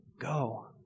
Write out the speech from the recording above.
Go